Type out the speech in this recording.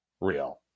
real